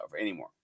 anymore